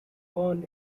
born